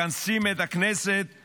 מכנסים את הכנסת